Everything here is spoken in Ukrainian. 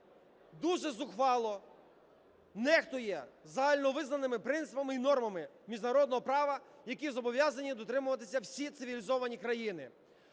дуже зухвало нехтує загальновизнаними принципами і нормами міжнародного права, яких зобов'язані дотримуватися всі цивілізовані країни.